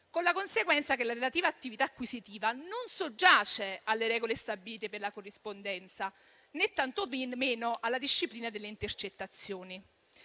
con la conseguenza che la relativa attività acquisitiva non soggiace alle regole stabilite per la corrispondenza, né tantomeno alla disciplina delle intercettazioni.